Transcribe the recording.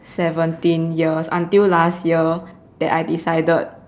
seventeen years until last year that I decided